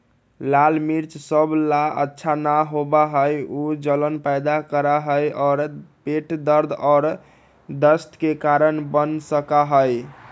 लाल मिर्च सब ला अच्छा न होबा हई ऊ जलन पैदा करा हई और पेट दर्द और दस्त के कारण बन सका हई